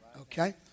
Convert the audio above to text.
okay